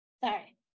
Sorry